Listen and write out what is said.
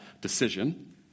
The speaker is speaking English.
decision